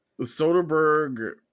Soderbergh